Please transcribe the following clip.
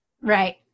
Right